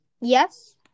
Yes